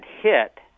hit